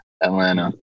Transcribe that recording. Atlanta